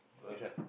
which one